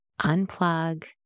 unplug